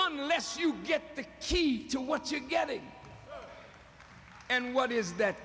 unless you get the key to what you're getting and what is that